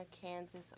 Kansas